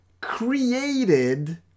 created